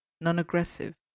non-aggressive